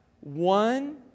one